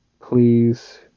Please